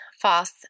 false